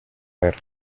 ver